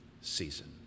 season